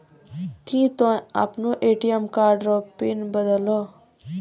की तोय आपनो ATM card रो पिन बदलहो